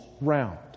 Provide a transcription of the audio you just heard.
round